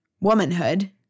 womanhood